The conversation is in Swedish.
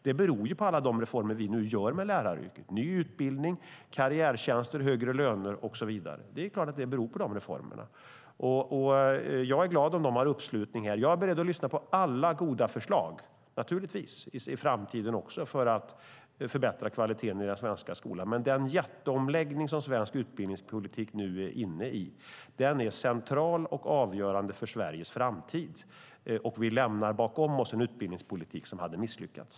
Det beror ju på alla de reformer vi nu gör inom läraryrket: ny utbildning, karriärtjänster, högre löner och så vidare. Det är klart att det beror på de reformerna. Jag är glad om de har uppslutning här. Jag är naturligtvis beredd att lyssna på alla goda förslag i framtiden också för att förbättra kvaliteten i den svenska skolan. Men det är en jätteomläggning som svensk utbildningspolitik nu är inne i. Den är central och avgörande för Sveriges framtid. Vi lämnar bakom oss en utbildningspolitik som hade misslyckats.